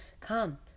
come